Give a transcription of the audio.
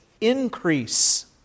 increase